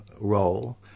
role